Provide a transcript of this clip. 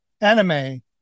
anime